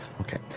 Okay